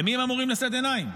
למי הם אמורים לשאת עיניים?